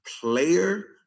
player